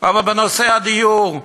אבל בנושא הדיור,